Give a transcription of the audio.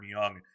young